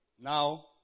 Now